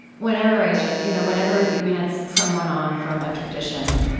whenever and you know whenever you had someone on from a tradition,